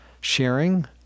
sharing